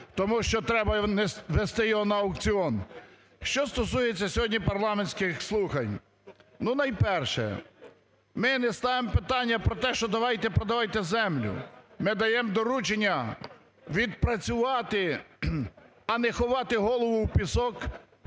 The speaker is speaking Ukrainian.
тому що треба внести його на аукціон. Що стосується сьогодні парламентських слухань. Найперше, ми не ставимо питання про те, що давайте продавайте землю, ми даємо доручення відпрацювати, а не ховати голову у пісок,